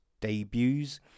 debuts